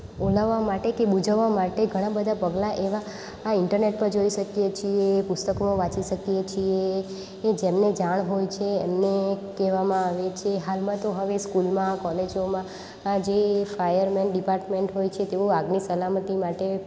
હોલવવા માટે કે બુઝાવવા માટે ઘણાં બધાં પગલાં એવા આ ઇન્ટરનેટ પર જોઈ શકીએ છીએ પુસ્તકો વાંચી શકીએ છીએ કે જેમને જાણ હોય છે એમને કહેવામાં આવે છે કે હાલમાં તો હવે સ્કૂલમાં કોલેજોમાં આજે ફાયરમેન ડીપાર્ટમેન્ટ હોય છે તેવો આગની સલામતી માટે